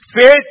Faith